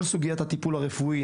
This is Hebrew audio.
כל סוגיית הטיפול הרפואי,